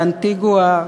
באנטיגואה,